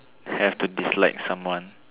have to dislike someone